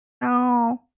no